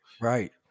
right